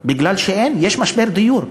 כי יש משבר דיור,